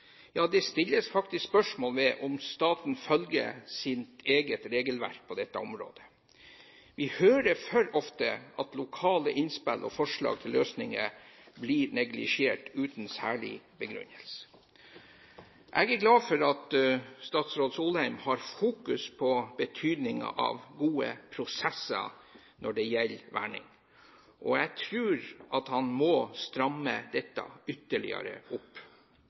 Ja, det stilles faktisk spørsmål ved om staten følger sitt eget regelverk på dette området. Vi hører for ofte at lokale innspill og forslag til løsninger blir neglisjert uten særlig begrunnelse. Jeg er glad for at statsråd Solheim fokuserer på betydningen av gode prosesser når det gjelder verning, men jeg tror at han må stramme dette ytterligere opp.